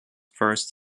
first